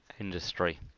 industry